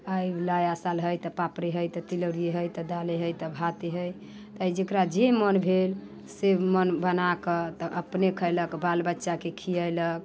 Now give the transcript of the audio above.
नया साल हय तऽ पापड़े हय तऽ तिलौरिए हय तऽ दाले हय भाते हय तऽ जेकरा जे मन भेल से मन बनाकऽ तऽ अपने खयलक बाल बच्चाके खियेलक